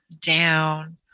down